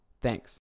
Thanks